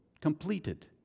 completed